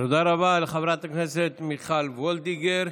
תודה רבה לחברת הכנסת מיכל וולדיגר.